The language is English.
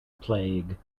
plague